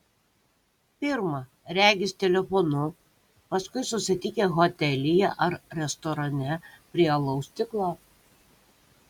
pirma regis telefonu paskui susitikę hotelyje ar restorane prie alaus stiklo